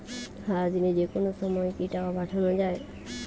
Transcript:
সারাদিনে যেকোনো সময় কি টাকা পাঠানো য়ায়?